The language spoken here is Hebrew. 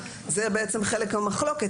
זה בעצם חלק המחלוקת,